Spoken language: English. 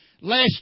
lest